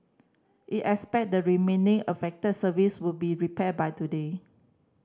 it expect the remaining affected service would be repaired by today